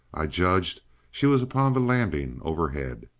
i judged she was upon the landing overhead.